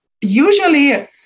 usually